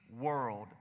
world